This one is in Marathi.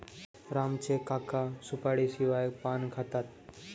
राम चे काका सुपारीशिवाय पान खातात